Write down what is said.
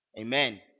Amen